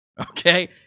okay